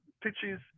pitches